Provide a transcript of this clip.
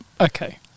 Okay